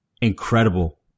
incredible